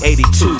82